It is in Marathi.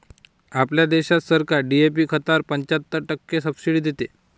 आपल्या देशात सरकार डी.ए.पी खतावर पंच्याहत्तर टक्के सब्सिडी देते